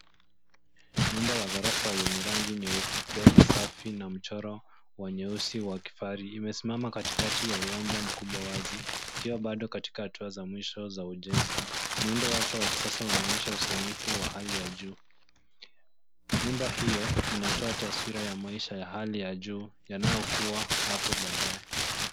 Nyumba ya ghorofa yenye rangi nyeupe safi na mchoro wa nyeusi wa kifahari imesimama katikati ya uwanja mkubwa wazi ikiwa bado katika hatua za mwisho za ujenzi. Muundo wake wa kisasa unaonyesha usanifu wa hali ya juu. Nyumba hiyo inatoa taswira ya maisha ya hali ya juu yanayokuwa hapo baadaye.